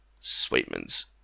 Sweetman's